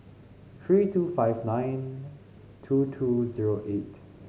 three two five nine two two zero eight